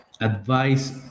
Advice